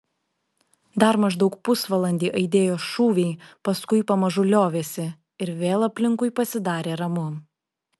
dar maždaug pusvalandį aidėjo šūviai paskui pamažu liovėsi ir vėl aplinkui pasidarė ramu